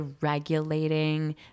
regulating